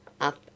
up